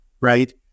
right